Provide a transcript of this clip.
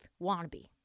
wannabe